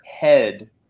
head